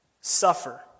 suffer